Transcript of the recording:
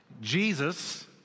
Jesus